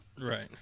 Right